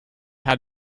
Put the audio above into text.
had